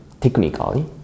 technically